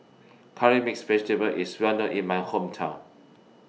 Curry Mixed Vegetable IS Well known in My Hometown